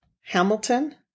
Hamilton